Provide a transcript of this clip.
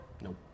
Nope